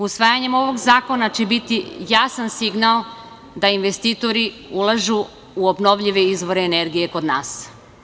Usvajanje ovog zakona će biti jasan signal da investitori ulažu u obnovljive izvore energije kod nas.